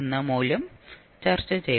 എന്ന മൂല്യം ചർച്ചചെയ്തു